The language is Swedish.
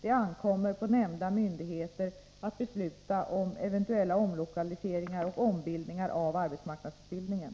Det ankommer på nämnda myndigheter att besluta om eventuella omlokaliseringar och ombildningar av arbetsmarknadsutbildningen.